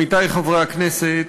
עמיתי חברי הכנסת,